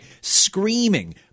screaming